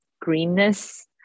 greenness